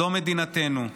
זו מדינתנו,